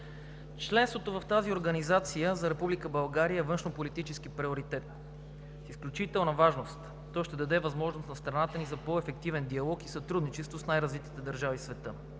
Членството в тази организация за Република България е външнополитически приоритет с изключителна важност. То ще даде възможност на страната ни за по ефективен диалог и сътрудничество с най-развитите държави в света.